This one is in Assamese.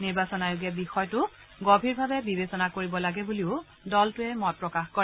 নিৰ্বাচন আয়োগে বিষয়টো গভীৰভাৱে বিবেচনা কৰিব লাগে বুলিও দলটোৱে মত প্ৰকাশ কৰে